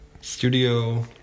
Studio